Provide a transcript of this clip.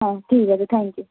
হ্যাঁ ঠিক আছে থ্যাঙ্ক ইউ